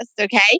Okay